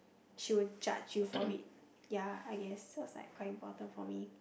she will judge you for it ya I guess so it was like quite important for me